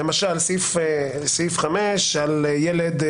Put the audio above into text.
למשל סעיף 5 על ילד.